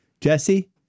Jesse